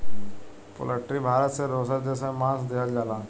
poultry Bharat से दोसर देश में मांस देहल जाला